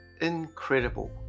incredible